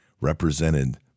represented